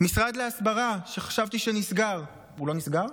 המשרד להסברה, שחשבתי שנסגר, הוא לא נסגר?